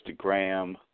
Instagram